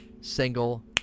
single